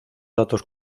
datos